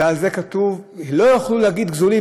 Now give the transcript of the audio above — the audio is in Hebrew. ועל זה כתוב: לא יוכלו להגיד גזולים.